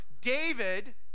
David